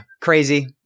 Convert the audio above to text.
crazy